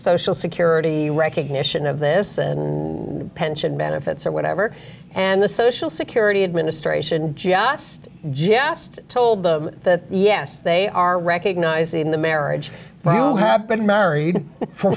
so security recognition of this and pension benefits or whatever and the social security administration just just told them that yes they are recognizing the marriage well have been married for